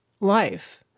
life